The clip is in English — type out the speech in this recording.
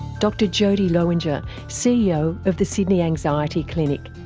dr jodie lowinger, ceo of the sydney anxiety clinic,